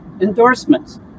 endorsements